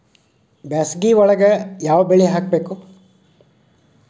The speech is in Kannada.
ಬ್ಯಾಸಗಿ ಒಳಗ ಯಾವ ಬೆಳಿ ಹಾಕಬೇಕು?